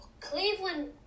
Cleveland